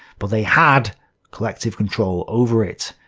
but they had collective control over it.